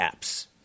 apps